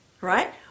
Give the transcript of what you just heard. right